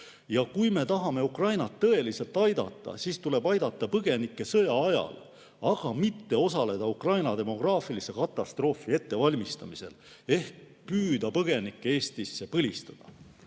Kui me tahame Ukrainat tõeliselt aidata, siis tuleb aidata põgenikke sõja ajal, aga mitte osaleda Ukraina demograafilise katastroofi ettevalmistamisel ehk püüda põgenikke Eestisse põlistada.